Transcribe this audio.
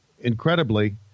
incredibly